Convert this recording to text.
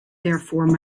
therefore